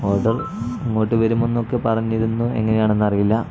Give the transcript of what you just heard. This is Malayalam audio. ഓഡർ ഇങ്ങോട്ട് വരുമ്പോൾ എന്നൊക്കെ പറഞ്ഞിരുന്നു എങ്ങനെയാണെന്ന് അറിയില്ല